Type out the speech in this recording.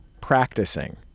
practicing